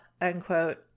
unquote